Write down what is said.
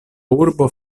urbo